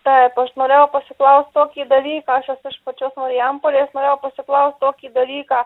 taip aš norėjau pasiklaust tokį dalyką aš esu iš pačios marijampolės norėjau pasiklaust tokį dalyką